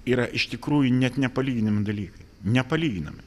yra iš tikrųjų net nepalyginami dalykai nepalyginami